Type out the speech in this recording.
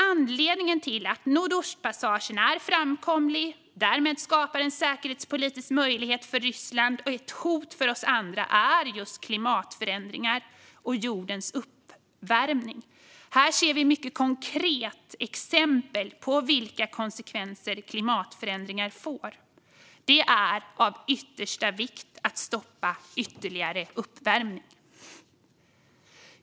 Anledningen till att Nordostpassagen är framkomlig och därmed skapar en säkerhetspolitisk möjlighet för Ryssland och ett hot för oss andra är just klimatförändringar och jordens uppvärmning. Här ser vi mycket konkreta exempel på vilka konsekvenser klimatförändringar får. Det är av yttersta vikt att stoppa ytterligare uppvärmning.